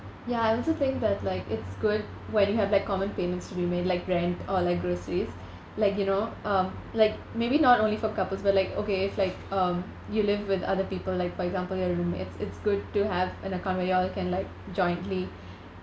ya I also think that like it's good when you have like common payments to be made like grant or like groceries like you know um like maybe not only for couples but like okay if like um you live with other people like for example your roommates it's good to have an account where you all can like jointly